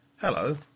Hello